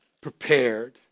prepared